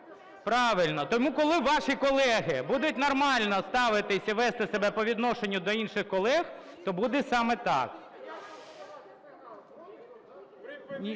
Правильно. Тому, коли ваші колеги будуть нормально ставитися і вести себе по відношенню до інших колег, то буде саме так.